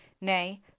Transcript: nay